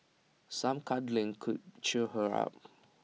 some cuddling could cheer her up